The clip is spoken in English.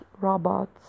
robots